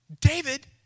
David